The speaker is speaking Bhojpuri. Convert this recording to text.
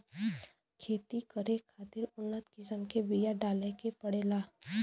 खेती करे खातिर उन्नत किसम के बिया डाले के पड़ेला